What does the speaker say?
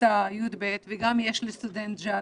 בכיתה י"ב וגם יש לי סטודנט, ג'אבר,